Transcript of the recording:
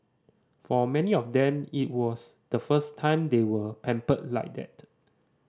for many of them it was the first time they were pampered like that